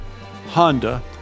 Honda